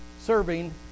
serving